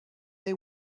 they